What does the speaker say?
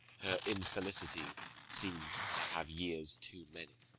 her infelicity seem'd to have years too many.